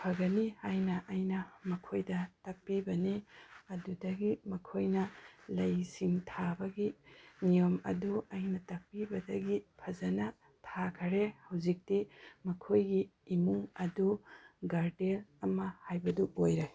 ꯐꯒꯅꯤ ꯍꯥꯏꯅ ꯑꯩꯅ ꯃꯈꯣꯏꯗ ꯇꯥꯛꯄꯤꯕꯅꯤ ꯑꯗꯨꯗꯒꯤ ꯃꯈꯣꯏꯅ ꯂꯩꯁꯤꯡ ꯊꯥꯕꯒꯤ ꯅꯤꯌꯣꯝ ꯑꯗꯨ ꯑꯩꯅ ꯇꯥꯛꯄꯤꯕꯗꯒꯤ ꯐꯖꯅ ꯊꯥꯈꯔꯦ ꯍꯧꯖꯤꯛꯇꯤ ꯃꯈꯣꯏꯒꯤ ꯏꯃꯨꯡ ꯑꯗꯨ ꯒꯥꯔꯗꯦꯜ ꯑꯃ ꯍꯥꯏꯕꯗꯣ ꯑꯣꯏꯔꯦ